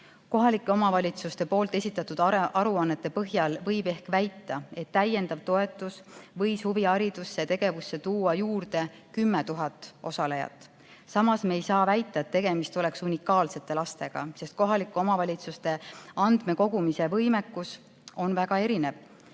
Kohalike omavalitsuste esitatud aruannete põhjal võib ehk väita, et täiendav toetus võis huviharidusse ja -tegevusse tuua juurde 10 000 osalejat. Samas me ei saa väita, et tegemist on nn unikaalsete lastega, sest kohalike omavalitsuste andmekogumise võimekus on väga erinev.